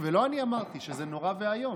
ולא אני אמרתי שזה נורא ואיום.